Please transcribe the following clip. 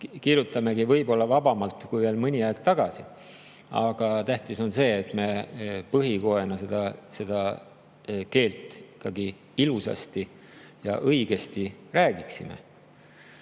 kirjutamegi võib-olla vabamalt kui veel mõni aeg tagasi. Aga tähtis on see, et me põhikoena seda keelt ikkagi ilusasti ja õigesti räägiksime